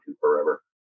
forever